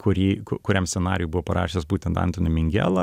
kurį kuriam scenarijų buvo parašęs būtent antoni mingela